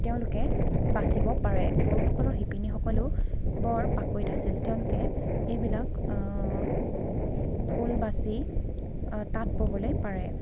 তেওঁলোকে বাচিব পাৰে বড়োসকলৰ শিপিনীসকলেও বৰ পাকৈত আছিল তেওঁলোকে এইবিলাক ফুল বাচি তাঁত ব'বলৈ পাৰে